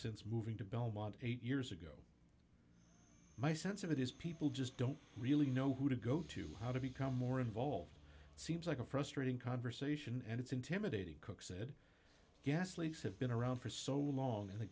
since moving to belmont eight years ago my sense of it is people just don't really know who to go to how to become more involved it seems like a frustrating conversation and it's intimidating cook said gas leaks have been around for so long and the